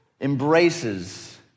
embraces